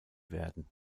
werden